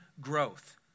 growth